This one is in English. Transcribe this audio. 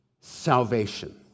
salvation